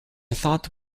thought